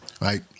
right